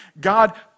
God